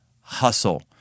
hustle